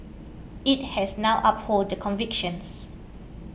it has now upheld the convictions